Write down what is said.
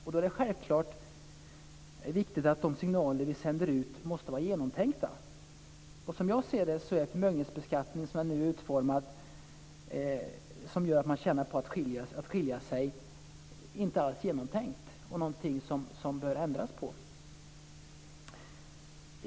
Då är det självklart viktigt att de signaler vi sänder ut måste vara genomtänkta. Som jag ser det är förmögenhetsbeskattningen som den nu är utformad och som gör att man tjänar på att skilja sig inte alls genomtänkt utan något som bör ändras på.